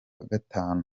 gatanu